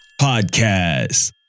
podcast